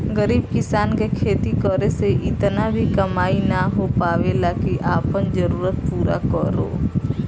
गरीब किसान के खेती करे से इतना भी कमाई ना हो पावेला की आपन जरूरत पूरा करो